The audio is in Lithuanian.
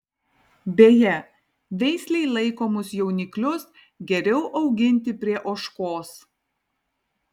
beje veislei laikomus jauniklius geriau auginti prie ožkos